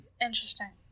Interesting